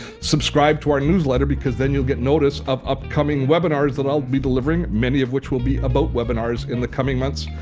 subscribe to our newsletter because then you'll get notice of upcoming webinars that i'll be delivering, many of which will be about webinars in the coming months.